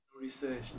research